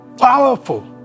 Powerful